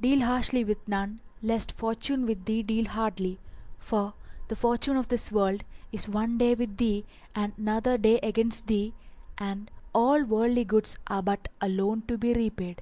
deal harshly with none lest fortune with thee deal hardly for the fortune of this world is one day with thee and another day against thee and all worldly goods are but a loan to be repaid.